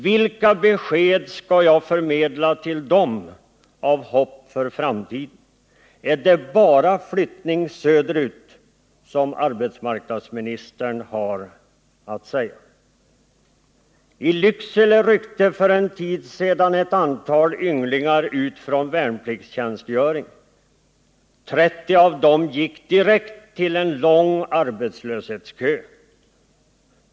Vilka besked med hopp för framtiden skall jag förmedla till dem? Är det bara flyttning söderut som arbetsmarknadsministern har att rekommendera? I Lycksele ryckte för en tid sedan ett antal ynglingar ut från värnpliktstjänstgöring. 30 av dem gick direkt till en lång arbetslöshetskö.